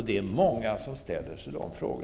Det är många som ställer sig dessa frågor.